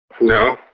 No